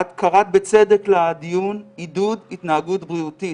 את קראת בצדק לדיון 'עידוד התנהגות בריאותית',